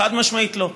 חד-משמעית לא.